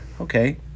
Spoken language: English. okay